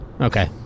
Okay